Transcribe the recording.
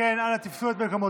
על כן, אנא תפסו את מקומותיכם,